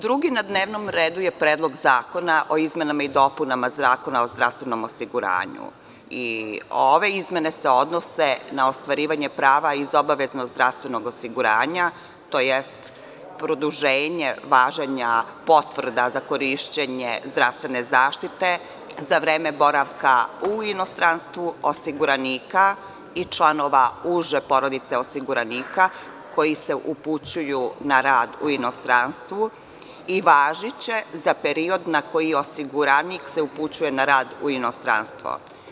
Drugi na dnevnom redu je Predlog zakona o izmenama i dopunama Zakona o zdravstvenom osiguranju i ove izmene se odnose na ostvarivanje prava iz obaveznog zdravstvenog osiguranja, tj. produženje važenja potvrda za korišćenje zdravstvene zaštite za vreme boravka u inostranstvu osiguranika i članova uže porodice osiguranika koji se upućuju na rad u inostranstvo i važiće za period na koji osiguranik se upućuje na rad u inostranstvo.